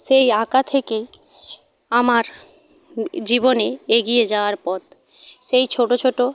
সেই আঁকা থেকে আমার জীবনে এগিয়ে যাওয়ার পথ সেই ছোট ছোট